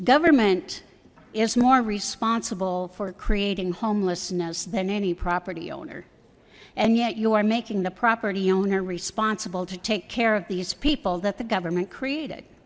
government is more responsible for creating homelessness than any property owner and yet you are making the property owner responsible to take care of these people that the government created